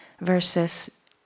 versus